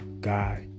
God